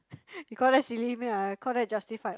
you call that silly meh I call that justified